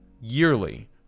yearly